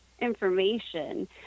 information